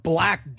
Black